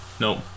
No